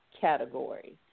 category